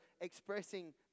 expressing